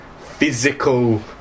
physical